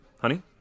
honey